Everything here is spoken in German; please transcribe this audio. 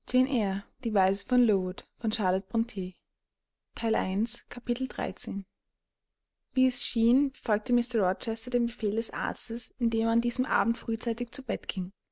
wie es schien befolgte mr rochester den befehl des arztes indem er an diesem abend frühzeitig zu bett ging